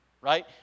right